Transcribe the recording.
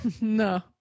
No